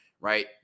Right